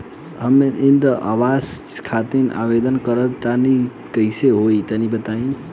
हम इंद्रा आवास खातिर आवेदन करल चाह तनि कइसे होई तनि बताई?